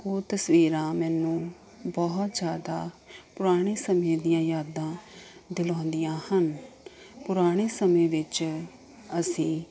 ਉਹ ਤਸਵੀਰਾਂ ਮੈਨੂੰ ਬਹੁਤ ਜ਼ਿਆਦਾ ਪੁਰਾਣੇ ਸਮੇਂ ਦੀਆਂ ਯਾਦਾਂ ਦਿਲਾਉਂਦੀਆਂ ਹਨ ਪੁਰਾਣੇ ਸਮੇਂ ਵਿੱਚ ਅਸੀਂ